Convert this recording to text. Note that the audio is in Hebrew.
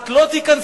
את לא תיכנסי.